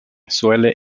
suele